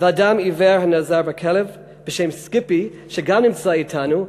ואדם עיוור הנעזר בכלב בשם סקיפי, שגם נמצא אתנו.